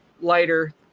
lighter